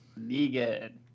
Negan